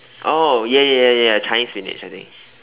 oh ya ya ya ya ya ya Chinese spinach I think